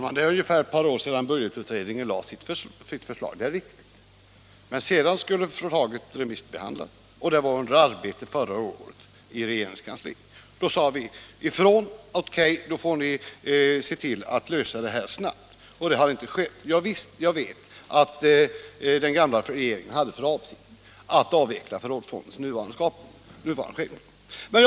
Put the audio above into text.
Herr talman! Det är ett par år sedan budgetutredningen lade fram sitt förslag, det är riktigt. Men sedan skulle förslaget remissbehandlas, och det var under arbete förra året i regeringens kansli. Då sade vi: OK, då får ni lösa den här frågan snabbt. Det har inte skett. Jag vet att den gamla regeringen hade för avsikt att se till att förrådsfonden avvecklades i sin nuvarande utformning.